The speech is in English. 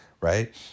right